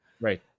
Right